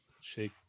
shake